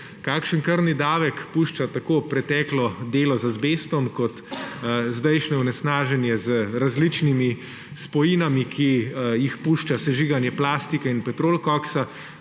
Kakšen krvni davek puščata tako preteklo delo z azbestom kot zdajšnje onesnaženje z različnimi spojinami, ki jih pušča sežiganje plastike in petrolkoksa,